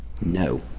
No